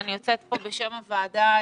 אני יוצאת בקריאה בשם הוועדה,